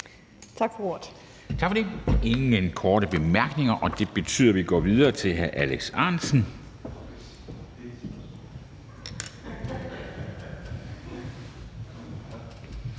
Der er ikke flere korte bemærkninger, og det betyder, at vi går videre til hr. Jakob